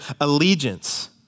allegiance